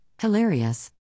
hilarious